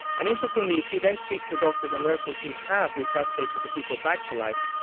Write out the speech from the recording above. and interestingly, if you then speak to the doctors and nurses who have resuscitated the people back to life,